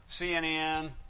CNN